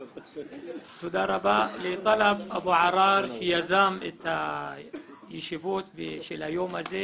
תודה רבה לטלב אבו עראר שיזם את הישיבות של היום הזה.